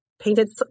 Painted